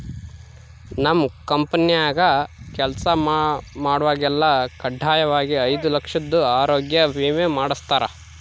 ನಮ್ ಕಂಪೆನ್ಯಾಗ ಕೆಲ್ಸ ಮಾಡ್ವಾಗೆಲ್ಲ ಖಡ್ಡಾಯಾಗಿ ಐದು ಲಕ್ಷುದ್ ಆರೋಗ್ಯ ವಿಮೆ ಮಾಡುಸ್ತಾರ